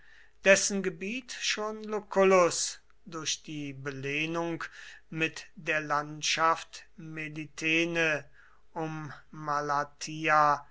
dessen gebiet schon lucullus durch die belehnung mit der landschaft melitene um